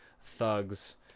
thugs